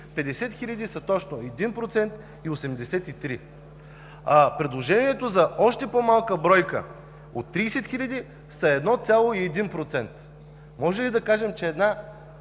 50 хил. са точно 1.83%. Предложението за още по-малка бройка от 30 хил. е 1.1%. Можем ли да кажем, че една